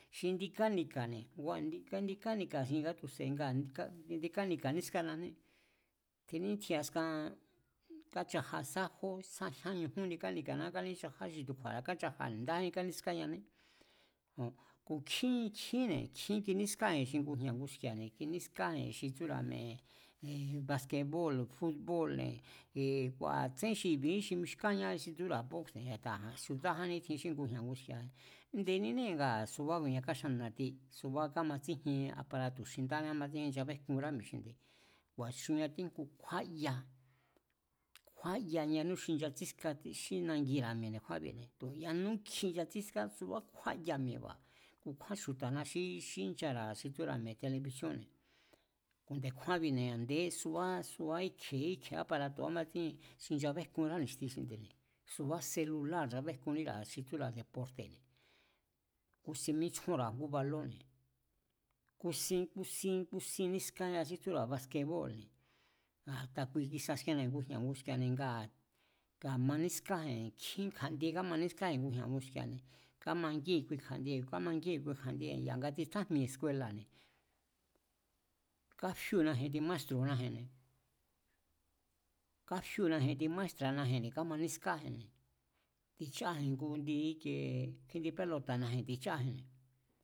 Xi indi kánika̱ne̱, ngua̱ indi kánika̱ nga tu̱se̱ ngaa̱ indi kánika̱ nískániané, tjin nítjin askan káchaja sá jó sá jyan ñujún indi kánika̱ná kaníchajaá xi tu̱ kju̱a̱ra̱ káchajane̱. ndájín kánískáñané, jon, ku̱ nkjín, nkjínne̱, nkjín kinískáji̱n xi ngujña̱ nguski̱a̱ne̱, kinískájin xi tsúra̱ baskebóo̱l, fútbóo̱lne̱ kua̱ a̱ tsén xi i̱bi̱jín xi mixkánñá xi tsúra̱ bós, siudájánni tjin xí ngujña̱ nguski̱a̱. nde̱ninée̱ ngaa̱ subá ku̱nia káxannu̱ na̱ti, subá kámatsíjien aparatu̱ xi ndání kamatsíjien nchabékunrá mi̱e̱ xi nde̱, ku̱a̱chun ngatíjngu kjúaya, kjúáya ñanú xi nchatsíska xí nagira̱ mi̱e̱ nde̱kjúánbi̱ tu̱yanú kjin nchatsíská kjúáya mi̱e̱ba̱, kukjúán chju̱ta̱na xí nchara̱ xi tsúra̱mi̱e̱ telebisíónne̱. Nde̱kjúánbi̱ne̱ a̱ndé subá, subá íkje̱e áparato̱ kámatsíjien xi nchabéjkunrá ni̱xti xinde̱ne̱ suba seluláa̱r nchabéjkunníra̱ xi tsúra̱ deporte̱ne̱ kúsin mítsjúnra̱a ngú balónne̱, kú sín kú sín nískáña xí tsúra̱ baskebóo̱lne̱, a̱ta kui kisasiennaji̱n ngujña̱ nguski̱a̱ne̱, ngaa̱ nga manískáji̱n nkjín kja̱ndie kámanískáji̱n ngujña̱ nguski̱a̱ne̱, kámangíji̱n kui kja̱ndiebi̱, kámangíji̱n kui kja̱ndiebi̱ ya̱nga tsitjajmieji̱n skuela̱ne̱, káfíúu̱naji̱n indi máestro̱naji̱nne̱, káfíúu̱naji̱n indi máéstra̱naji̱nne̱ kámaniskáji̱nne̱ ticháji̱n ngu indi íkie indi pélota̱naji̱n ticháji̱nne̱